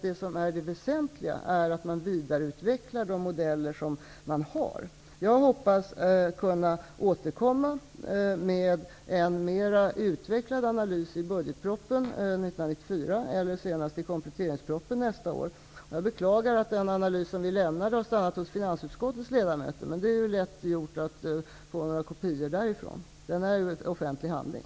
Det väsentliga är att man vidareutvecklar de modeller som man har. Jag hoppas kunna återkomma med en mera utvecklad analys i budgetpropositionen 1994 eller senast i kompletteringspropositionen nästa år. Jag beklagar att den analys som vi lämnade har stannat hos finansutskottets ledamöter. Det är dock lätt att få kopior därifrån, för det är en offentlig handling.